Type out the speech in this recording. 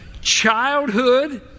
Childhood